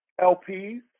LPs